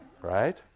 Right